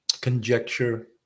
conjecture